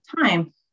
time